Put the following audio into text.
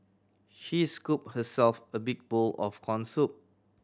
she scooped herself a big bowl of corn soup